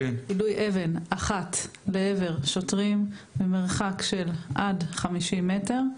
ביידוי אבן אחת לעבר שוטרים ממרחק של עד 50 מטר,